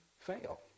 fail